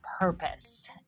purpose